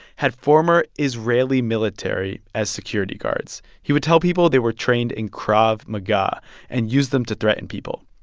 had former israeli military as security guards. he would tell people they were trained in krav maga and used them to threaten people.